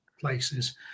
places